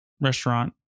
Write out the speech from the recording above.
restaurant